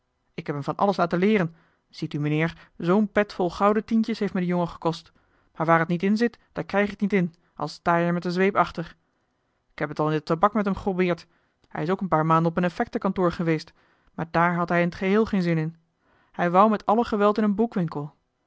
ik heb hem van alles laten leeren ziet u mijnheer zoo'n pet vol gouden tientjes heeft me de jongen gekost maar waar het niet in zit daar krijg je het niet in al sta je er met de zweep achter ik heb het al in de tabak met hem geprobeerd hij is ook een paar maanden op een effectenkantoor geweest maar daar had hij in t geheel geen zin in hij wou met alle geweld in een